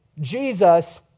Jesus